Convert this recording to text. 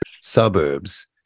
suburbs